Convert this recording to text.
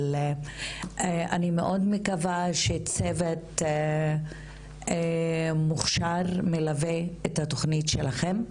אבל אני מאוד מקווה שצוות מוכשר מלווה את התכנית שלכם,